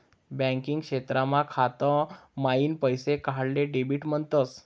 banking क्षेत्रमा खाता माईन पैसा काढाले डेबिट म्हणतस